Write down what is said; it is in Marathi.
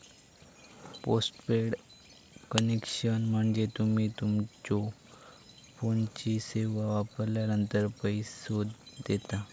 पोस्टपेड कनेक्शन म्हणजे तुम्ही तुमच्यो फोनची सेवा वापरलानंतर पैसो देता